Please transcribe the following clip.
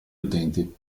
utenti